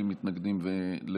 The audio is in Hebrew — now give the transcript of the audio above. חבר הכנסת טור פז,